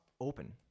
open